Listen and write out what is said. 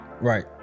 Right